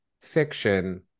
fiction